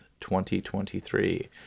2023